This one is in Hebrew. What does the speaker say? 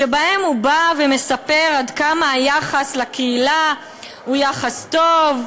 שבהן הוא בא ומספר עד כמה היחס לקהילה הוא יחס טוב,